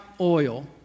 oil